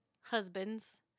husbands